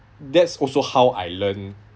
that's also how I learn